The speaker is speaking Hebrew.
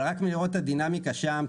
אבל רק מלראות את הדינמיקה שם,